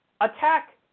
attack